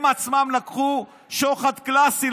הם עצמם לקחו שוחד קלאסי,